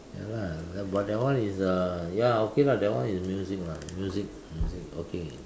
ya lah but that one is uh ya okay lah that one is music lah music music okay